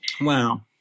Wow